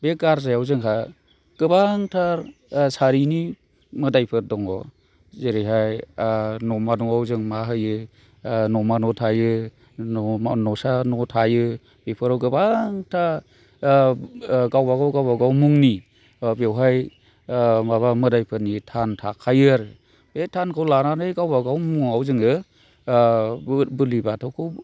बे गारजायाव जोंहा गोबांथार सारिनि मोदाइफोर दङ जेरैहाय न'मा न'आव जों मा होयो न'मा न' थायो न'मा न'सा थायो बेफोराव गोबांथा गावबागाव गावबागाव मुंनि बेवहाय माबा मोदायफोरनि थान थाखायो आरो बे थानखौ लानानै गावबागावनि मुङाव जोङो बुलि बाथौखौ